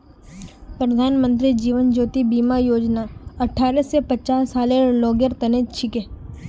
प्रधानमंत्री जीवन ज्योति बीमा योजना अठ्ठारह स पचास सालेर लोगेर तने छिके